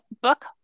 book